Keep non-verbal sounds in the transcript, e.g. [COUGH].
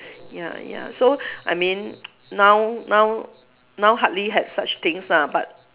ya ya so I mean [NOISE] now now now hardly have such things ah but